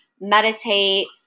meditate